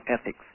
ethics